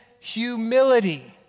humility